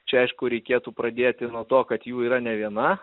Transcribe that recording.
čia aišku reikėtų pradėti nuo to kad jų yra ne viena